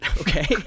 okay